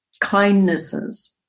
kindnesses